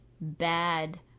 bad